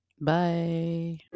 bye